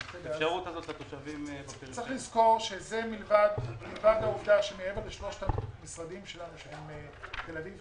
צריך לזכור שמעבר לשלושת המשרדים שלנו בתל אביב,